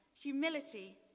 humility